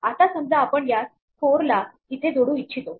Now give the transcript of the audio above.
आता समजा आपण यास स्कोर ला इथे जोडू इच्छितो